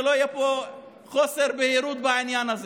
שלא יהיה פה חוסר בהירות בעניין הזה.